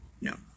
No